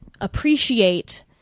appreciate